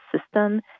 system